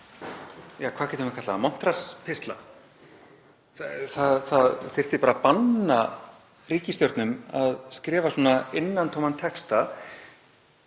ja, hvað getum við kallað það, montrassapistla. Það þyrfti bara að banna ríkisstjórnum að skrifa svona innantóman texta